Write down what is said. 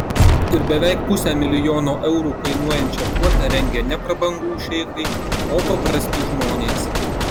ir beveik pusę milijono eurų kainuojančią puotą rengė ne prabangūs šeichai o paprasti žmonės